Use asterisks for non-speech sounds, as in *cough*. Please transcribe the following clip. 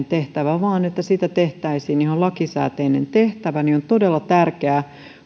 *unintelligible* tehtävä vaan että siitä tehtäisiin ihan lakisääteinen tehtävä on todella tärkeää